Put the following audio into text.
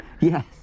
Yes